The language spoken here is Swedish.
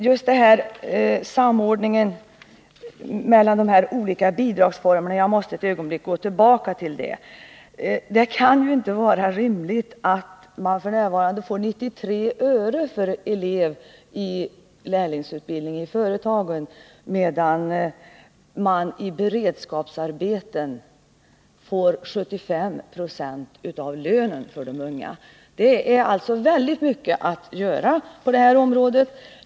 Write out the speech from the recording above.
Just i fråga om samordningen mellan de olika bidragsformerna — jag måste gå tillbaka till den — kan det inte vara rimligt att man f. n. får bara 93 öre för elev i lärlingsutbildning i företagen medan man i beredskapsarbeten får 75 96 av lönen för de unga. Det är alltså väldigt mycket kvar att göra på det här området.